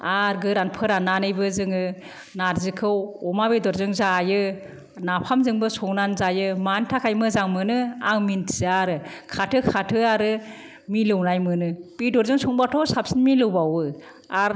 आरो गोरान फोरान्नानैबो जोङो नार्जिखौ अमा बेदरजों जायो नाफामजोंबो संनानै जायो मानि थाखाय मोजां मोनो आं मोनथिया आरो खाथो खाथो आरो मिलौनाय मोनो बेदरजों संबाथ' साबसिन मिलौबावो आरो